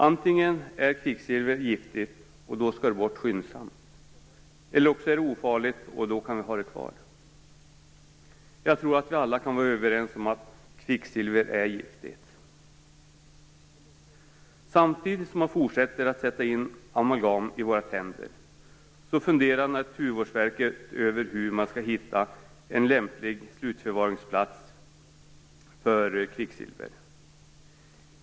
Antingen är kvicksilvret giftigt, och då skall det bort skyndsamt, eller så är det ofarligt, och då kan vi ha det kvar. Jag tror att vi alla kan vara överens om att kvicksilver är giftigt. Samtidigt som man fortsätter att sätta in amalgam i våra tänder funderar Naturvårdsverket över hur man skall hitta en lämplig slutförvaringsplats för kvicksilver.